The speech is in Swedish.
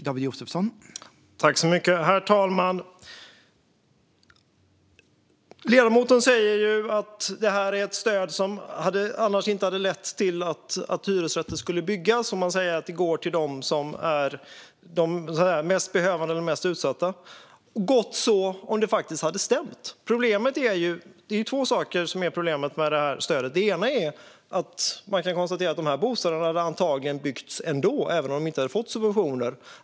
Herr talman! Ledamoten säger att detta är ett stöd som om det inte funnits hade lett till att hyresrätter inte skulle byggas. Han säger att det går till de mest behövande och de mest utsatta. Det är gott så, om det faktiskt hade stämt. Det är två saker som är problemet med stödet. Det ena är att man kan konstatera att de bostäderna antagligen hade byggts ändå även om de inte hade fått subventioner.